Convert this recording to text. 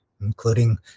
including